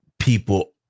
People